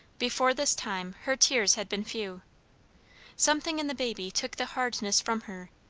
before this time her tears had been few something in the baby took the hardness from her,